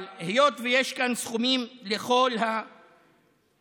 אבל היות שיש כאן סכומים לכל הרשויות,